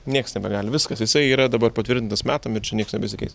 nieks nebegali viskas jisai yra dabar patvirtintas metam ir čia nieks nebesikeis